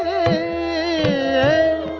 a